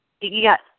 Yes